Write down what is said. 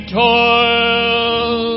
toil